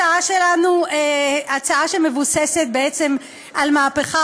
הם מרשים לעצמם לעבור על החוק,